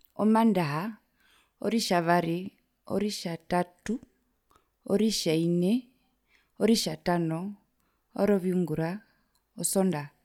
Omandaha, oritjavari, oritjatatu, oritjaine, oritjatano, oroviungura, osondaha.